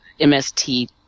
mst